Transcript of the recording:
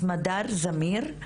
סמדר זמיר,